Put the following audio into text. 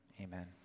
amen